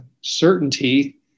certainty